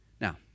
Now